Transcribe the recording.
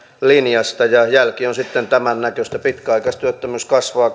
linjasta ja jälki on sitten tämän näköistä pitkäaikaistyöttömyys kasvaa